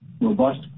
robust